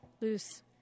Loose